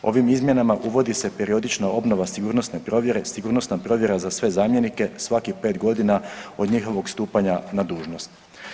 Ovim izmjenama uvodi se periodična obnova sigurnosne provjere, sigurnosna provjera za sve zamjenike svakih pet godina od njihovog stupanja na dužnost.